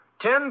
Ten